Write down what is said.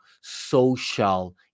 social